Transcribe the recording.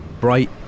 Bright